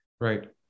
Right